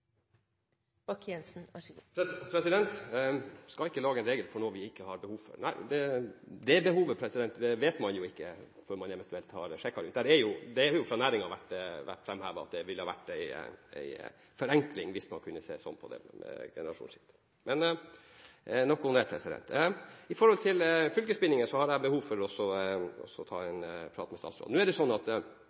skal ikke lage en regel for noe vi ikke har behov for, men det behovet kjenner man ikke før man eventuelt har sjekket ut. Det har jo fra næringen vært framhevet at det ville ha vært en forenkling hvis man kunne se sånn på det med generasjonsskifte. Men nok om det. Når det gjelder fylkesbindinger, har jeg behov for å ta en prat med statsråden. Vi ble angrepet fra Senterpartiet, SV og Arbeiderpartiet for at Høyre nå gikk bort fra fylkesbindingen. Jeg må få presisere at det ikke er sant. Men det